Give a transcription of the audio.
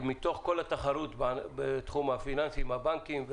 מתוך התחרות עם הבנקים בתום הפיננסי.